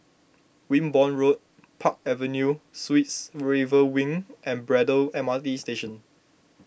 Wimborne Road Park Avenue Suites River Wing and Braddell M R T Station